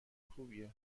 خوبیه